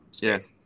Yes